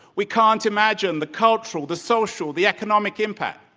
we can't imagine the cultural, the social, the economic impact.